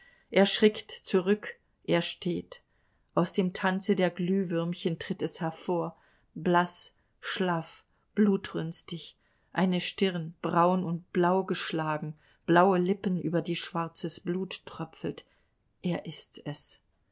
er schrickt zurück er steht aus dem tanze der glühwürmchen tritt es hervor blaß schlaff blutrünstig eine stirn braun und blau geschlagen blaue lippen über die schwarzes blut tröpfelt er ist es